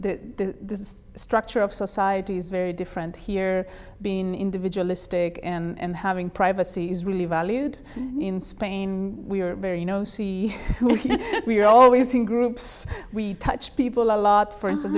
the structure of society is very different here being an individual istic and having privacy is really valued in spain we are very you know see we're always in groups we touch people a lot for instance